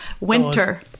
winter